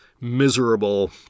miserable